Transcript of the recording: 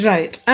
Right